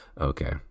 Okay